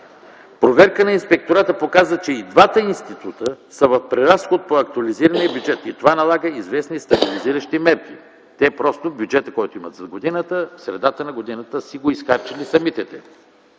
Проверка на Инспектората показа, че и двата института са в преразход по актуализирания бюджет и това налага известни стабилизиращи мерки. Бюджетът, който имат за годината, в средата на годината са си го изхарчили самите те.